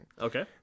Okay